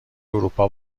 اروپا